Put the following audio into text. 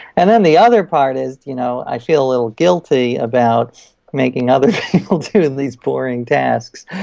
and then the other part is you know i feel a little guilty about making other people do these boring tasks.